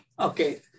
okay